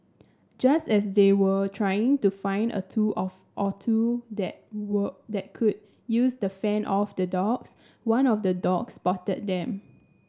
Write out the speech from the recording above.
just as they were trying to find a tool of or two that were that could use to fend off the dogs one of the dogs spotted them